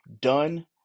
done